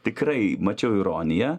tikrai mačiau ironiją